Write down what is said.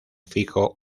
fijo